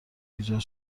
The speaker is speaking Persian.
ایجاد